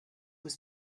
was